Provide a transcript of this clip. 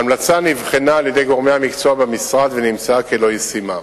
ההמלצה נבחנה על-ידי גורמי המקצוע במשרד ונמצאה כלא-ישימה.